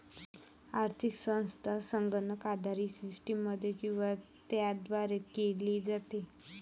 आर्थिक संस्था संगणक आधारित सिस्टममध्ये किंवा त्याद्वारे केली जाते